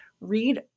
read